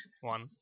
one